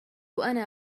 أنا